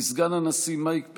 לסגן הנשיא מייק פנס,